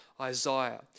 Isaiah